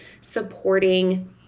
supporting